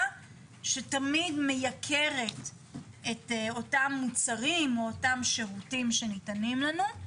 שתמיד מייקרת את אותם מוצרים או אותם שירותים שניתנים לנו.